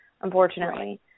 unfortunately